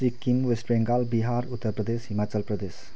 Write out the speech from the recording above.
Sikkim West Bengal Bihar Uttar Pradesh Himachal Pradesh